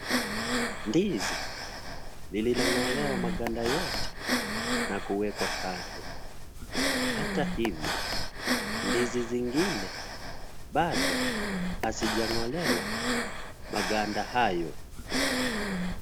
Ndizi, lililong'olewa maganda yote na kuwekwa kando. Hata hivyo, ndizi zingine bado hazijang'olewa maganda hayo.